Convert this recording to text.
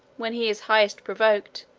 when he is highest provoked,